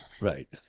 right